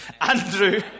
Andrew